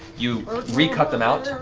you recut them out,